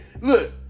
Look